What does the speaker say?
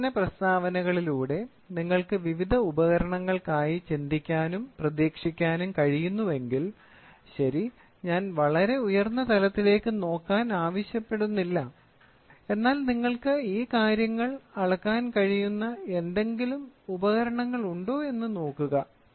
ഈ പ്രശ്ന പ്രസ്താവനകളിലൂടെ നിങ്ങൾക്ക് വിവിധ ഉപകരണങ്ങൾക്കായി ചിന്തിക്കാനും പ്രതീക്ഷിക്കാനും കഴിയുന്നുവെങ്കിൽ ശരി ഞാൻ വളരെ ഉയർന്ന തലത്തിലേക്ക് നോക്കാൻ ആവശ്യപ്പെടുന്നില്ല എന്നാൽ നിങ്ങൾക്ക് ഈ കാര്യങ്ങൾ അളക്കാൻ കഴിയുന്ന എന്തെങ്കിലും ഉപകരണങ്ങൾ ഉണ്ടോ എന്ന് നോക്കുക